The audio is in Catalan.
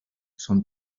són